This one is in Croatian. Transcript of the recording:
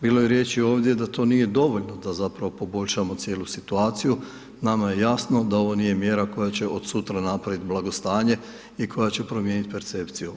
Bilo je riječi ovdje da to nije dovoljno da zapravo poboljšamo cijelu situaciju, nama je jasno da ovo nije mjera koja će od sutra napraviti blagostanje i koja će promijeniti percepciju.